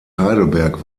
heidelberg